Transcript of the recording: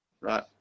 right